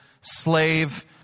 slave